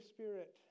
Spirit